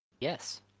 Yes